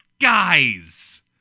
Guys